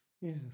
Yes